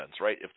right